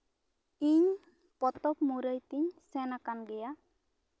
ᱤᱧ ᱯᱚᱛᱚᱵ ᱢᱩᱨᱟᱹᱭ ᱛᱤᱧ ᱥᱮᱱ ᱟᱠᱟᱱ ᱜᱮᱭᱟ